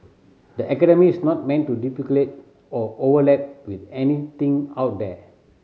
the academy is not meant to duplicate or overlap with anything out there